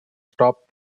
stop